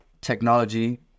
technology